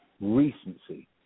recency